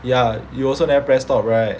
ya you also never press stop right